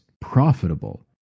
profitable